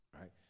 right